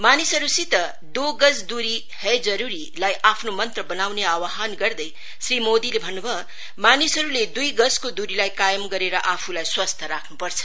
मानिसहरुसित दो गज दूरी है जरुरी लाई आफ्नो मन्त्र वनाउने आव्हान गर्दै श्री मोदीले भन्नुभयो मानिसहरुले दुई गजको दूरीलाई कायमन आफूलाई स्वस्थ राख्नुपर्छ